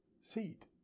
seat